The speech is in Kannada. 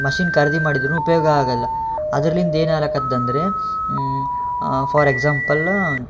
ಮಷಿನ್ ಖರೀದಿ ಮಾಡಿದರೂ ಉಪಯೋಗ ಆಗಲ್ಲ ಅದರ್ಲಿಂದ ಏನಾಲಕದ್ದ್ ಅಂದರೆ ಫಾರ್ ಎಕ್ಸಾಂಪಲ